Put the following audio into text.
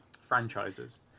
franchises